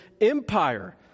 Empire